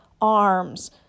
arms